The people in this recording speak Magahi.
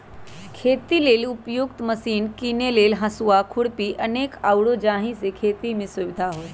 खेती लेल उपयुक्त मशिने कीने लेल हसुआ, खुरपी अनेक आउरो जाहि से खेति में सुविधा होय